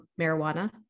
marijuana